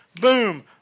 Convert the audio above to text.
boom